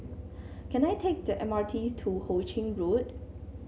can I take the M R T to Ho Ching Road